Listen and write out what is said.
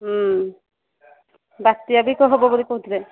ହଁ ବାତ୍ୟା ବି ତ ହେବ ବୋଲି କହୁଥିଲେ